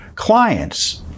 Clients